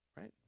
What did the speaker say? right